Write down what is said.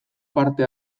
parte